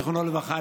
זיכרונו לברכה,